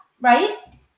right